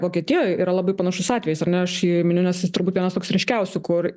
vokietijoj yra labai panašus atvejis ar ne aš jį miniu nes jis turbūt vienas toks ryškiausių kur